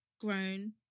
grown